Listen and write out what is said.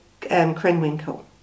Krenwinkel